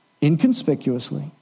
inconspicuously